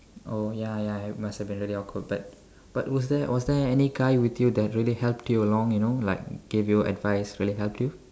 oh ya ya it must have really been awkward but but was there was there any guy with you that really helped you along you know like gave you advice really helped you